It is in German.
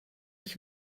ich